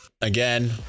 again